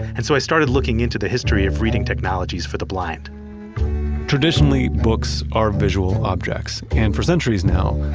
and so i started looking into the history of reading technologies for the blind traditionally, books are visual objects. and for centuries now,